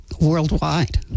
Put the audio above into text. worldwide